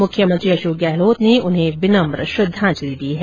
मुख्यमंत्री अशोक गहलोत ने उन्हें विनम्र श्रद्वांजलि दी है